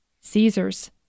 Caesar's